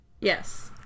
Yes